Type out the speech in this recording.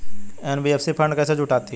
NBFC fund कैसे जुटाती है?